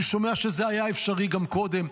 אני שומע שזה היה אפשרי גם קודם,